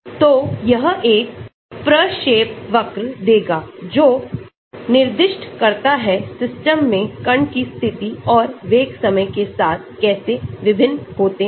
तो यह एक प्रक्षेपवक्र देगा जो निर्दिष्ट करता है सिस्टम में कण की स्थिति और वेग समय के साथ कैसे भिन्न होते हैं